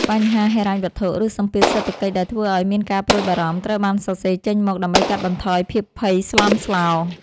បញ្ហាហិរញ្ញវត្ថុ ឬសម្ពាធសេដ្ឋកិច្ចដែលធ្វើឱ្យមានការព្រួយបារម្ភ ត្រូវបានសរសេរចេញមកដើម្បីកាត់បន្ថយភាពភ័យស្លន់ស្លោ។